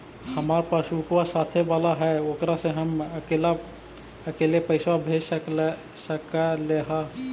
हमार पासबुकवा साथे वाला है ओकरा से हम अकेले पैसावा भेज सकलेहा?